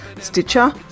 Stitcher